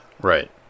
Right